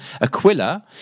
aquila